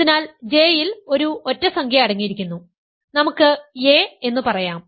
അതിനാൽ J യിൽ ഒരു ഒറ്റസംഖ്യ അടങ്ങിയിരിക്കുന്നു നമുക്ക് a എന്ന് പറയാം